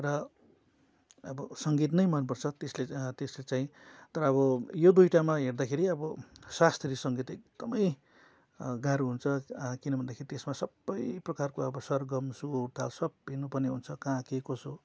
र अब सङ्गीत नै मनपर्छ त्यसले त्यसले चाहिँ तर अब यो दुईटामा हेर्दाखेरि अब शास्त्रीय सङ्गीत एकदमै गाह्रो हुन्छ किनभन्दाखेरि त्यसमा सबै प्रकारको अब सरगम सुर ताल सब हेर्नुपर्ने हुन्छ कहाँ के कसो